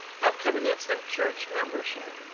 have covenants of church membership.